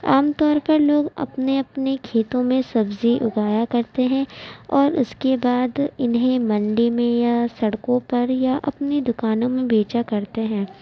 عام طور پر لوگ اپنے اپنے کھیتوں میں سبزی اگایا کرتے ہیں اور اس کے بعد انہیں منڈی میں یا سڑکوں پر یا اپنی دکانوں میں بیچا کرتے ہیں